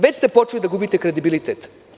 Već ste počeli da gubite kredibilitet.